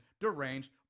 Deranged